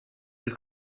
het